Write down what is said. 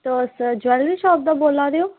तुस jewellery shop दा बोला दे ओ